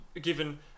given